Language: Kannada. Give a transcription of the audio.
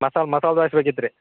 ಮಸಾಲೆ ಮಸಾಲೆ ದ್ವಾಸ್ ಬೇಕಿತ್ತು ರೀ